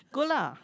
good lah